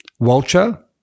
Walcher